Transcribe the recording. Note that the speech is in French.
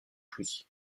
plus